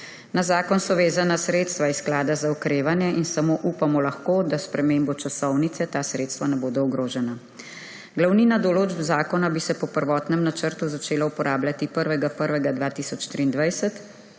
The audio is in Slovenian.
Na zakon so vezana sredstva iz sklada za okrevanje in samo upamo lahko, da s spremembo časovnice ta sredstva ne bodo ogrožena. Glavnina določb zakona bi se po prvotnem načrtu začela uporabljati 1. 1. 2023,